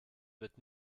wird